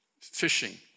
fishing